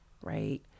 right